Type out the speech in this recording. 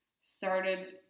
started